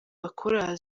bakora